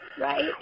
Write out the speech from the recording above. Right